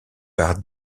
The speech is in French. par